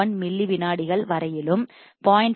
1 milli வினாடிகள் வரையிலும் 0